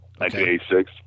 1986